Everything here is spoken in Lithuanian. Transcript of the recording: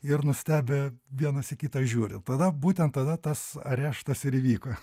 ir nustebę vienas į kitą žiūri tada būtent tada tas areštas ir įvyko